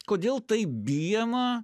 kodėl taip bijoma